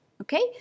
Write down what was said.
Okay